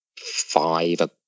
five